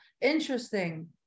Interesting